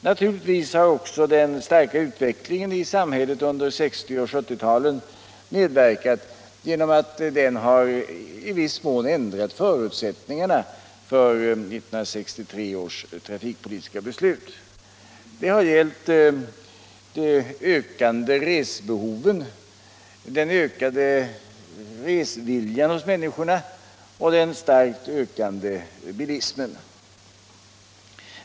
Naturligtvis har också den starka utvecklingen i samhället under 1960 och 1970-talen medverkat genom att den i viss mån har ändrat förutsättningarna för 1963 års trafikpolitiska beslut. Det har gällt de ökande resebehoven, den ökade reseviljan hos människorna och den starkt ökande bilismen.